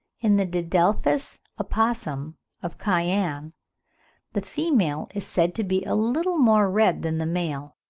in the didelphis opossum of cayenne the female is said to be a little more red than the male.